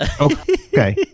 Okay